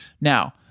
Now